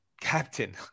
captain